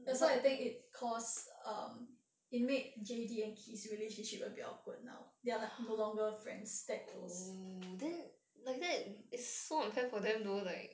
that's why I think it cause it made J D and kee relationship a bit awkward now they are like no longer friends that close